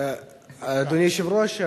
אדוני היושב-ראש,